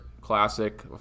Classic